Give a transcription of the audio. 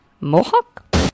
Mohawk